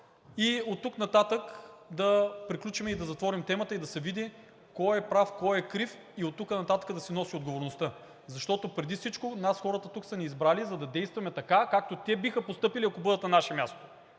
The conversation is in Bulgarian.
И оттук нататък да приключим и да затворим темата и да се види кой е прав и кой е крив и оттук нататък да си носи отговорността. Защото преди всичко нас хората тук са ни избрали, за да действаме така, както те биха постъпили, ако бъдат на наше място.